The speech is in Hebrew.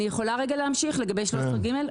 אני יכולה רגע להמשיך לגבי 13ג?